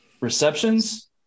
receptions